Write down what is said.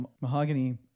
Mahogany